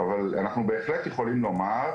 אבל אנחנו בהחלט יכולים לומר,